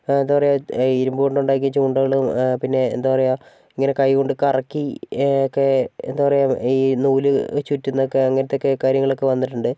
ആ എന്താണ് പറയുക ഇരുമ്പ് കൊണ്ടുണ്ടാക്കിയ ചൂണ്ടകൾ ആ പിന്നെ എന്താണ് പറയുക ഇങ്ങനെ കൈ കൊണ്ട് കറക്കി ഒക്കെ എന്താണ് പറയുക ഈ നൂൽ ചുറ്റുന്നതൊക്കെ അങ്ങനത്തെ ഒക്കെ കാര്യങ്ങളൊക്കെ വന്നിട്ടുണ്ട്